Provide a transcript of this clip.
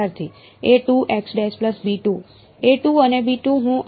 વિદ્યાર્થી